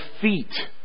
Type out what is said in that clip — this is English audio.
feet